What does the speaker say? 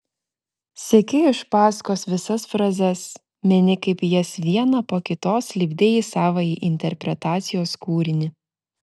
seki iš paskos visas frazes meni kaip jas vieną po kitos lipdei į savąjį interpretacijos kūrinį